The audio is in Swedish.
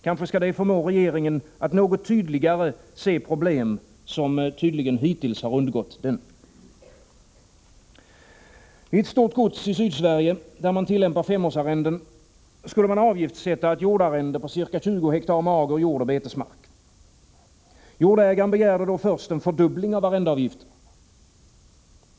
Kanske skall det förmå regeringen att något tydligare se problem, som tydligen hittills har undgått den. Vid ett stort gods i Sydsverige, där man tillämpar femårsarrenden, skulle man avgiftssätta ett jordarrende på ca 20ha mager jord och betesmark. Jordägaren begärde då först en fördubbling av arrendeavgiften.